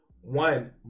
one